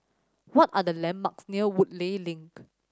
what are the landmarks near Woodleigh Link